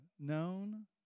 known